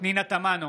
פנינה תמנו,